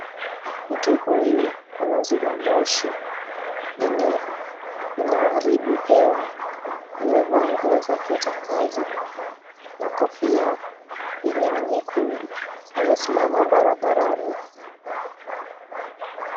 Mtu huyu anazima moshi yenye inaharibu hewa. Amevaa nguo zake za kazi na kofia yenye ni nyekundu. Amesimama barabarani.